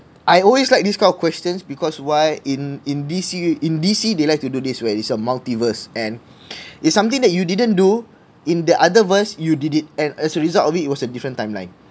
I always like this kind of questions because why in in D_C in D_C they like to do this where it is a multiverse and it's something that you didn't do in the other verse you did it and as a result of it it was a different timeline